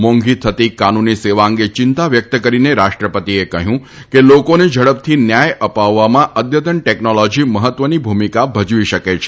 મોંઘી થતી કાનૂની સેવા અંગે ચિંતા વ્યક્ત કરીને રાષ્ટ્રપતિએ કહ્યું કે લોકોને ઝડપથી ન્યાય અપાવવામાં અદ્યતન ટેકનોલોજી મહત્વની ભૂમિકા ભજવી શકે છે